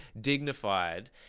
dignified